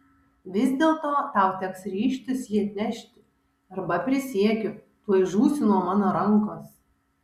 vis dėlto tau teks ryžtis jį atnešti arba prisiekiu tuoj žūsi nuo mano rankos